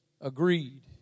agreed